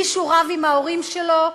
מישהו רב עם ההורים שלו,